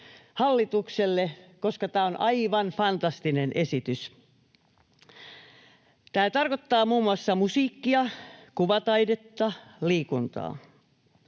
hallitukselle, koska tämä on aivan fantastinen esitys. Tämä tarkoittaa muun muassa musiikkia, kuvataidetta, liikuntaa.